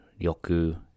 yoku